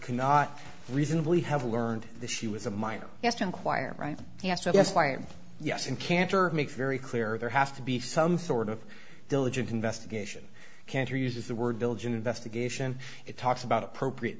cannot reasonably have learned that she was a minor quire right yes yes claim yes and cantor makes very clear there has to be some sort of diligent investigation cantor uses the word village an investigation it talks about appropriate